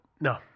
No